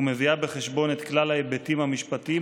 ומביאה בחשבון את כלל ההיבטים המשפטיים,